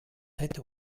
hätte